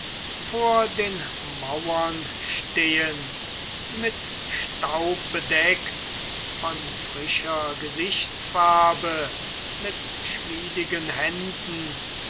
vor den mauern stehend mit staub bedeckt von frischer gesichtsfarbe mit schwieligen händen